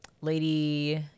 lady